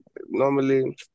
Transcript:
normally